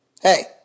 Hey